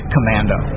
Commando